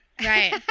right